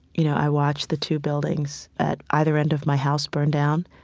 you know, i watched the two buildings at either end of my house burn down.